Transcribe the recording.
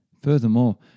Furthermore